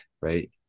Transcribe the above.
right